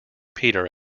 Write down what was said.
peter